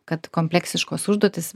kad kompleksiškos užduotys